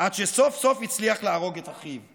עד שסוף-סוף הצליח להרוג את אחיו.